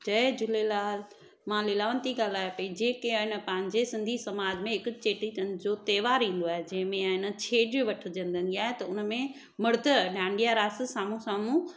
जय झूलेलाल मां लीलावंती ॻाल्हायां पई जेके आहे न पंहिंजे सिंधी समाज में हिकु चेटीचंड जो त्योहारु ईंदो आहे जंहिंमें आहे न छेजू वठजंदड़ या त हुन में मर्द डांडिया रास साम्हूं साम्हूं